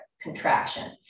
contraction